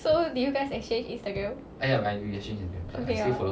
so did you guys exchange Instagram okay lor